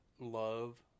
love